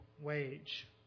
wage